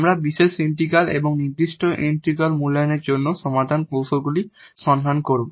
আমরা particular integral এবং particular integral মূল্যায়নের জন্য সমাধান কৌশলগুলি সন্ধান করব